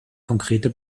konkrete